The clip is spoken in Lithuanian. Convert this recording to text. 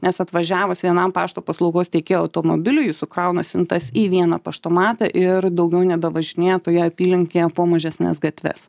nes atvažiavus vienam pašto paslaugos teikėjo automobiliui jis sukrauna siuntas į vieną paštomatą ir daugiau nebevažinėja toje apylinkėje po mažesnes gatves